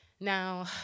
now